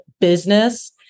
business